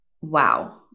wow